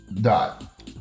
Dot